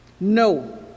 No